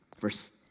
verse